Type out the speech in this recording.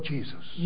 Jesus